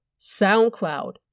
SoundCloud